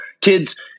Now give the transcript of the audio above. Kids